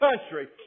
country